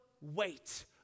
wait